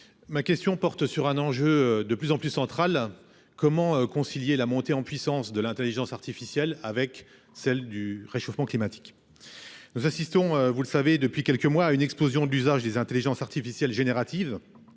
Ma question porte sur un enjeu de plus en plus central. Comment concilier la montée en puissance de l'intelligence artificielle avec celle du réchauffement climatique ? Nous assistons, vous le savez, depuis quelques mois à une explosion d'usage des intelligences artificielles génératives,